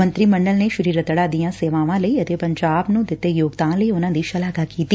ਮੰਤਰੀ ਮੰਡਲ ਨੇ ਸ੍ਰੀ ਰੱਤੜਾ ਦੀਆਂ ਸੇਵਾਵਾਂ ਲਈ ਅਤੇ ਪੰਜਾਬ ਨੰ ਦਿੱਤੇ ਯੋਗਦਾਨ ਲਈ ਉਨਾਂ ਦੀ ਸ਼ਾਲਾਘਾ ਕੀਤੀ